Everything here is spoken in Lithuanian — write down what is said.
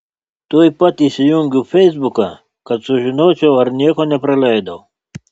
tuoj pat įsijungiau feisbuką kad sužinočiau ar nieko nepraleidau